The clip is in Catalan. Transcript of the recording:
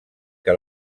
que